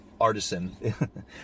artisan